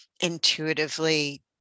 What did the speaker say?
intuitively